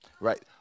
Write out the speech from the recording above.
Right